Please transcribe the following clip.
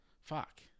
Fuck